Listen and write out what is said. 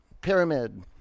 Pyramid